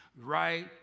right